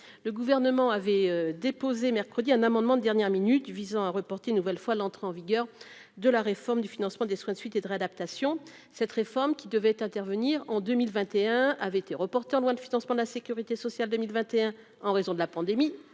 le gouvernement avait déposé mercredi un amendement de dernière minute visant à reporter une nouvelle fois l'entrée en vigueur de la réforme du financement des soins de suite et de réadaptation, cette réforme, qui devait intervenir en 2021 avait été reporté en loi de financement de la Sécurité sociale 2021 en raison de la pandémie